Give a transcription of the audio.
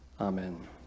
Amen